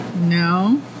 No